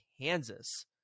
Kansas